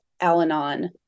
al-anon